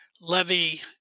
Levy